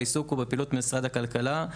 העיסוק הוא בפעילות משרד הכלכלה,